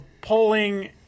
polling